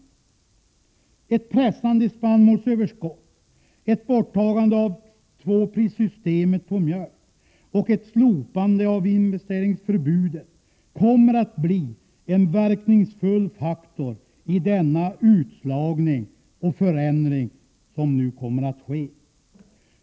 Ett pressande spannmålsöverskott, ett borttagande av tvåprissystemet på mjölk och ett slopande av investeringsförbudet kommer att bli verkningsfulla faktorer i den utslagning och förändring som nu kommer att ske.